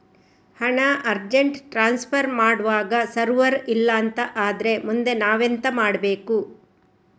ಹಣ urgent transfer ಮಾಡ್ವಾಗ server ಇಲ್ಲಾಂತ ಆದ್ರೆ ಮುಂದೆ ನಾವೆಂತ ಮಾಡ್ಬೇಕು?